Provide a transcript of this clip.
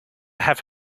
have